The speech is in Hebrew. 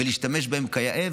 ולהשתמש בהם כיאה.